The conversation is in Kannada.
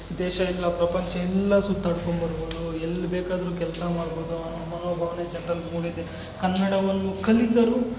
ದೇಶ ಎಲ್ಲ ಪ್ರಪಂಚ ಎಲ್ಲ ಸುತ್ತಾಡ್ಕೊಂಬರ್ಬೋದು ಎಲ್ಲಿ ಬೇಕಾದರೂ ಕೆಲಸ ಮಾಡ್ಬೋದು ಅನ್ನೋ ಮನೋಭಾವ್ನೆ ಜನ್ರಲ್ಲಿ ಮೂಡಿದೆ ಕನ್ನಡವನ್ನು ಕಲಿತರು